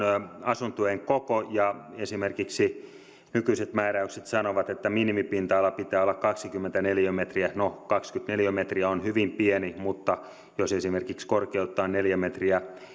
asuntojen koko esimerkiksi nykyiset määräykset sanovat että minimipinta alan pitää olla kaksikymmentä neliömetriä no kaksikymmentä neliömetriä on hyvin pieni mutta jos esimerkiksi korkeutta on neljä metriä